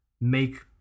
make